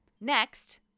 Next